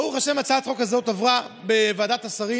ברוך השם, הצעת החוק הזאת עברה בוועדת השרים.